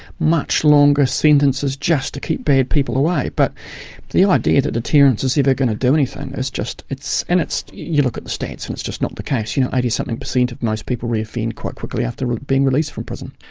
much longer sentences just to keep bad people away. but the idea that deterrence is ever going to do anything, it's it's and it's you look at the stats and it's just not the case. you know, eighty something per cent of most people reoffend quite quickly after being released from prison.